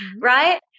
right